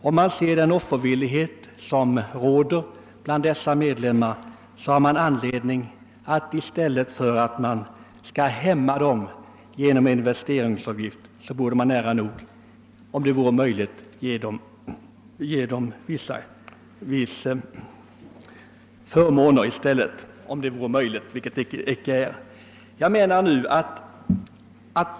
Om man ser offervilligheten bland medlemmarna tycker man att det borde från samhällets sida finnas anledning att, i stället för att hämma verksamheten genom en investeringsavgift, ge vissa förmåner, om det vore möjligt, vilket det icke är.